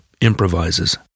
improvises